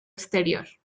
exterior